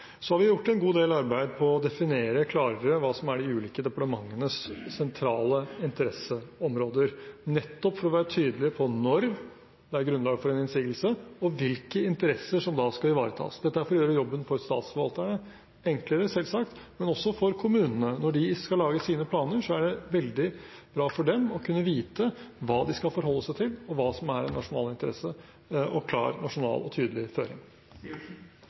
Så har vi gjort en god del arbeid med å definere klarere hva som er de ulike departementenes sentrale interesseområder, nettopp for å være tydelige på når det er grunnlag for en innsigelse, og hvilke interesser som skal ivaretas. Dette er for å gjøre jobben til statsforvalterne enklere, selvsagt, men også for kommunene. Når de skal lage sine planer, er det veldig bra for dem å kunne vite hva de skal forholde seg til, og hva som er en nasjonal interesse og en klar og tydelig nasjonal føring.